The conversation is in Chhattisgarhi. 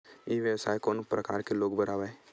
ई व्यवसाय कोन प्रकार के लोग बर आवे?